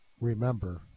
remember